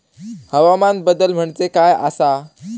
हवामान बदल म्हणजे काय आसा?